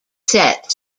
set